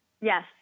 Yes